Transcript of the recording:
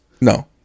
No